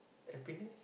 happiness